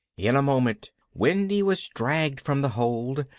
in a moment wendy was dragged from the hold,